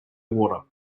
water